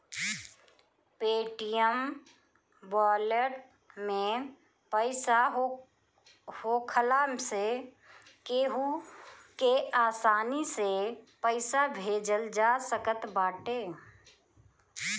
Paytm wallet में पईसा होखला से केहू के आसानी से पईसा भेजल जा सकत बाटे